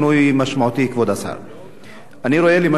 אני רואה, למשל, חקלאים שזורקים את המוצר.